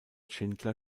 schindler